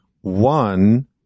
One